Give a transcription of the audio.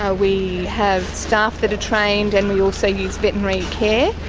ah we have staff that are trained and we also use veterinary care.